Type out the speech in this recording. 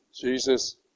Jesus